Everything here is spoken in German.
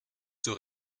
zur